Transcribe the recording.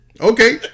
Okay